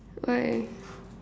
why